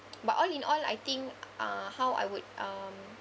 but all in all I think uh how I would um